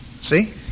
See